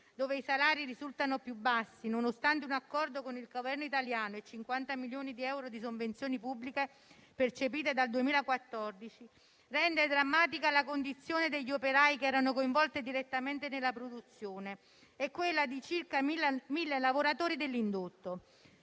dove i salari risultano più bassi, nonostante un accordo con il Governo italiano e 50 milioni di euro di sovvenzioni pubbliche percepite dal 2014, rende drammatica la condizione degli operai che erano coinvolti direttamente nella produzione e quella di circa 1.000 lavoratori dell'indotto.